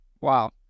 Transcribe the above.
Wow